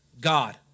God